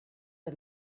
der